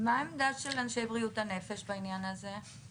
מה העמדה של אנשי בריאות הנפש בעניין הזה?